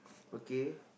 okay